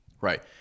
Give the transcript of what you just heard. Right